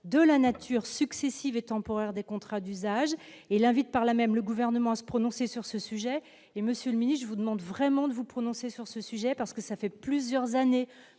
de la nature successives et temporaire des contrats d'usage et l'invite, par la même le gouvernement à se prononcer sur ce sujet et Monsieur, je vous demande vraiment de vous prononcer sur ce sujet parce que ça fait plusieurs années